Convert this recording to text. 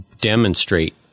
demonstrate